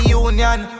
union